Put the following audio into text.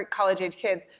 ah college-aged kids.